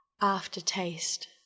Aftertaste